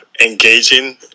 engaging